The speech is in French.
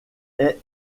est